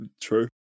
true